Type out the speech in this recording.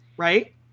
Right